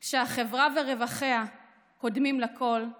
/ כשהחברה ורווחיה קודמים לכול /